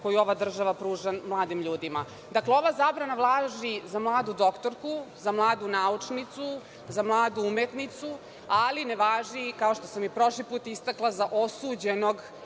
koju ova država pruža mladim ljudima. Dakle, ova zabrana važi za mladu doktorku, za mladu naučnicu, za mladu umetnicu ali ne važi, kao što sam i prošli put istakla, za osuđenog